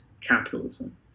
capitalism